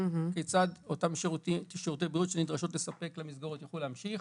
כיצד אותם שירותי בריאות שנדרשים למסגרות יוכלו להמשיך.